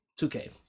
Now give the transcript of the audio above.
2K